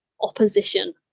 opposition